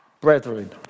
brethren